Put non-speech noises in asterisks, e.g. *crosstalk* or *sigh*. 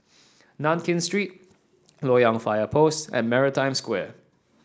Nankin Street *noise* Loyang Fire Post and Maritime Square